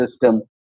system